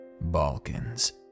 Balkans